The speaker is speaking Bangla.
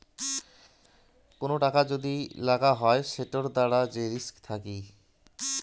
কোন টাকা যদি লাগাং হই সেটোর দ্বারা যে রিস্ক থাকি